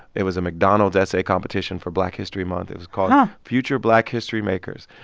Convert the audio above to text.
it was a mcdonald's essay competition for black history month. it was called um future black history makers